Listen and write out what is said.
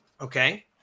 Okay